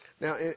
Now